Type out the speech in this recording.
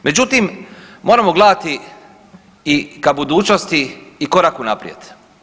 Međutim, moramo gledati i ka budućnosti i korak unaprijed.